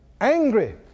angry